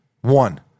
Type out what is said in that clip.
One